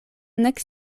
nek